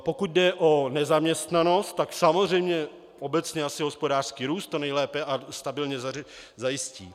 Pokud jde o nezaměstnanost, tak samozřejmě asi hospodářský růst to nejlépe a stabilně zajistí.